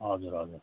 हजुर हजुर